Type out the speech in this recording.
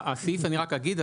אני רק אגיד,